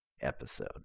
episode